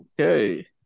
okay